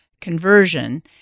conversion